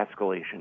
escalation